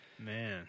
Man